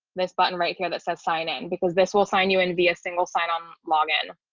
this button right here that says sign in because this will sign you in via single sign on login